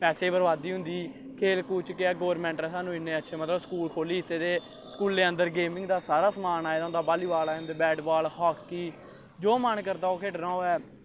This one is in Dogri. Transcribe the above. पैसे दी बर्बादी होंदी खेल कुद च केह् ऐ गौरमैंट नै सानूं इन्ने अच्छे मतलब स्कूल खोल्ली दित्ते दे स्कूलैं अंदर गेंमिग दा सारा समान आऐ दा होंदा volleyball bat ball hockey जो मन करदा ओह् खेढना होऐ